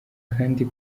kandi